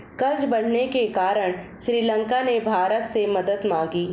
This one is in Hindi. कर्ज बढ़ने के कारण श्रीलंका ने भारत से मदद मांगी